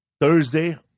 Thursday